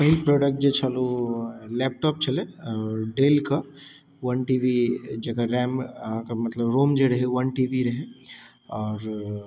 पहिल प्रोडक्ट जे छल ओ लैपटॉप छलै डेलके वन टी बी जकर रैम अहाँके मतलब रोम जे रहै वन टी बी रहै आओर